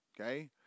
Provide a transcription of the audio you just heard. okay